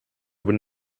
would